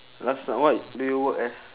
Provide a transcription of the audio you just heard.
last time what do you work as